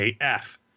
AF